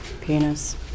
Penis